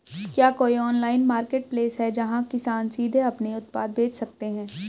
क्या कोई online marketplace है जहां किसान सीधे अपने उत्पाद बेच सकते हैं?